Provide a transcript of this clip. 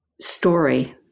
story